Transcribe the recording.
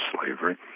slavery